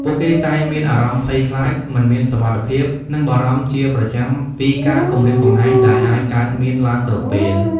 ពួកគេតែងមានអារម្មណ៍ភ័យខ្លាច មិនមានសុវត្ថិភាព និងបារម្ភជាប្រចាំពីការគំរាមកំហែងដែលអាចកើតមានឡើងគ្រប់ពេល។